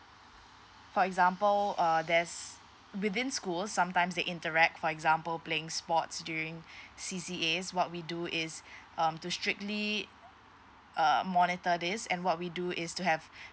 for example err there's within school sometimes they interact for example playing sports during C_C_A what we do is um to strictly err monitor this and what we do is to have